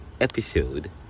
episode